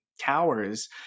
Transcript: towers